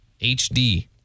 HD